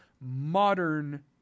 modern